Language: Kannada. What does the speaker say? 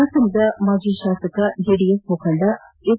ಹಾಸನದ ಮಾಜಿ ಶಾಸಕ ಜೆಡಿಎಸ್ ಮುಖಂಡ ಎಚ್